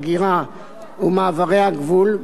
ההגירה ומעברי הגבול,